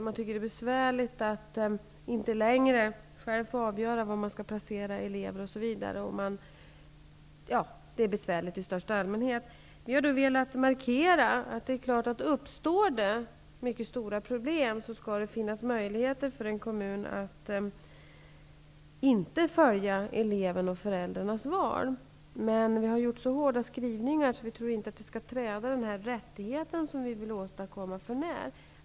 Det är besvärligt att inte längre själv få avgöra var man skall placera elever, och det är besvärligt i största allmänhet. Vi har velat markera att om det uppstår mycket stora problem skall det finnas möjligheter för en kommun att inte följa elevens och föräldrarnas val. Men vi har gjort så hårda skrivningar att vi inte tror att det skall träda den rättighet som vi vill åstadkomma för när.